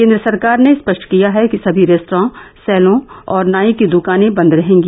केन्द्र सरकार ने स्पष्ट किया है कि सभी रेस्त्रां सेलून और नाई की दुकानें बंद रहेगी